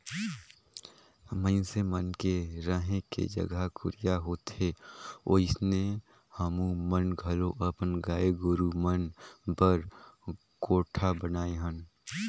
मइनसे मन के रहें के जघा कुरिया होथे ओइसने हमुमन घलो अपन गाय गोरु मन बर कोठा बनाये हन